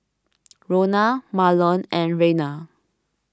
Rona Marlon and Reyna